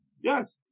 Yes